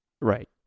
Right